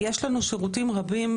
יש לנו שירותים רבים,